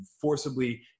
forcibly